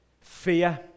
fear